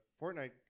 Fortnite